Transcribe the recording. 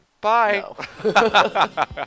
Bye